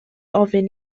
ofyn